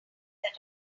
that